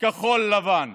כחול לבן.